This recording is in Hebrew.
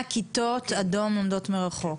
100 כיתות אדום שלומדות מרחוק.